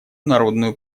народную